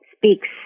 speaks